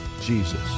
Jesus